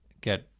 get